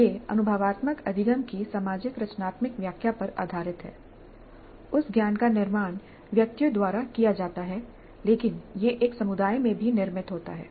यह अनुभवात्मक अधिगम की सामाजिक रचनात्मक व्याख्या पर आधारित है उस ज्ञान का निर्माण व्यक्तियों द्वारा किया जाता है लेकिन यह एक समुदाय में भी निर्मित होता है